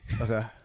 okay